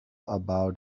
about